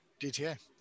dta